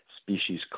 species